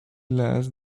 less